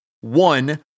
One